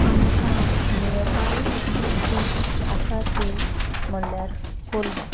आमकां nearby beach आसा ती म्हणल्यार कोलवा